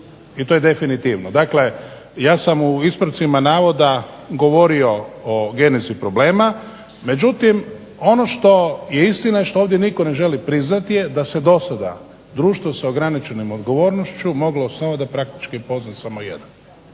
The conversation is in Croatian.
i to je definitivno. Dakle ja sam u ispravcima navoda govorio o genezi problema, međutim ono što je istina i što ovdje nitko ne želi priznati je da se do sada društvo s ograničenom odgovornošću moglo samo …/Ne razumije se./… samo jedan